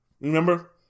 Remember